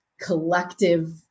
collective